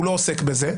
הוא לא עוסק בזה.